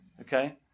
Okay